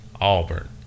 Auburn